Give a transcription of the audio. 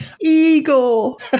Eagle